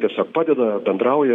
tiesiog padedu bendrauja